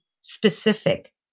specific